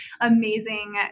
amazing